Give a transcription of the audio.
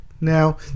Now